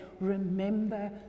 Remember